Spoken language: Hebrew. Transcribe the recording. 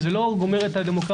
וזה לא גומר את הדמוקרטיה.